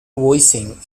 voicing